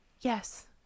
yes